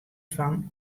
fan